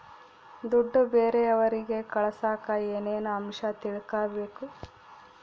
ದುಡ್ಡು ಬೇರೆಯವರಿಗೆ ಕಳಸಾಕ ಏನೇನು ಅಂಶ ತಿಳಕಬೇಕು?